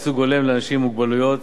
חובת ייצוג הולם לאנשים עם מוגבלות).